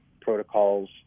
protocols